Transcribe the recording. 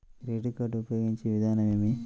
Credit card ఉపయోగించే విధానం ఏమి?